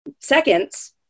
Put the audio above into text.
seconds